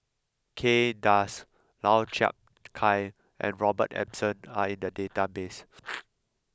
Kay Das Lau Chiap Khai and Robert Ibbetson are in the database